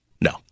no